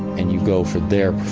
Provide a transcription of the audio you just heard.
and you go for their